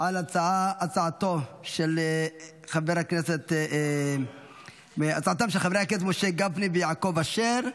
על הצעתם של חברי הכנסת משה גפני ויעקב אשר,